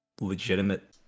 legitimate